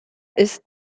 ist